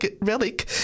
Relic